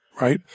right